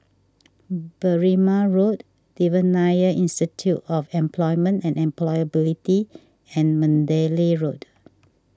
Berrima Road Devan Nair Institute of Employment and Employability and Mandalay Road